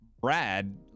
Brad